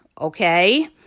okay